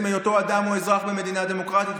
היותו אדם או אזרח במדינה דמוקרטית,